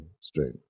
straight